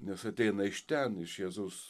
nes ateina iš ten iš jėzaus